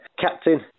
captain